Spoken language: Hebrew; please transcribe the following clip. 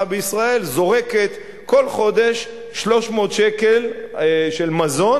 בישראל זורקת כל חודש 300 שקל של מזון,